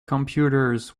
computers